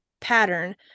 pattern